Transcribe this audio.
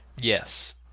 Yes